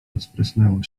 rozprysnęło